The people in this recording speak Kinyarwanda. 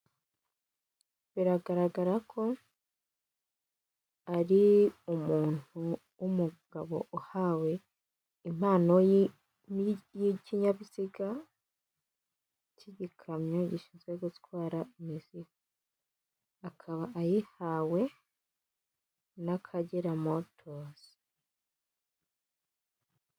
Biragaragara ko ari umuntu w'umugabo uhawe impano y'ikinyabiziga cy'igikamyo gishinzwe gutwara imizigo, akaba ayihawe n'akagera motozi.